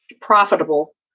profitable